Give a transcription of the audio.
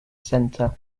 center